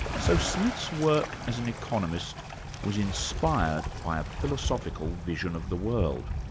so smith's work as an economist was inspired by a philosophical vision of the world.